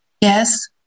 Yes